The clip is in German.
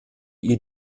ihr